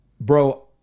bro